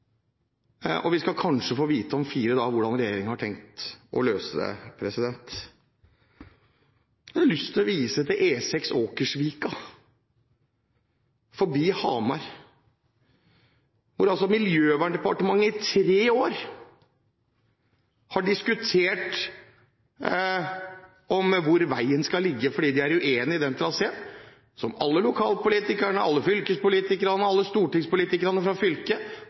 og vi skal kanskje få vite om fire dager hvordan regjeringen har tenkt å løse det. Jeg har lyst til å vise til E6 ved Åkersvika utenfor Hamar. Miljøverndepartementet har diskutert i tre år hvor veien skal ligge, fordi de er uenig i hvor den traseen bør ligge, noe alle lokalpolitikerne, fylkespolitikerne og stortingspolitikerne fra fylket